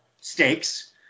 stakes